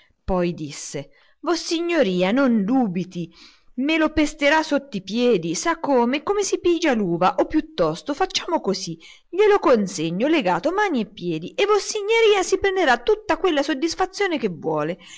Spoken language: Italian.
poi disse vossignoria non dubiti me lo pesterò sotto i piedi sa come come si pigia l'uva o piuttosto facciamo così glielo consegno legato mani e piedi e vossignoria si prenderà tutta quella soddisfazione che vuole